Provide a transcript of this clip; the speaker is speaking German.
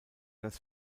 das